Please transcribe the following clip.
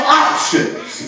options